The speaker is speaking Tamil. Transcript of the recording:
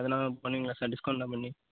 அதல்லாம் பண்ணுவீங்களா சார் டிஸ்கௌண்ட்டுலாம் பண்ணி